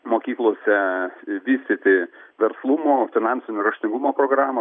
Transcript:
mokyklose vystyti verslumo finansinio raštingumo programą